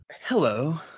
Hello